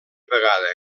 vegada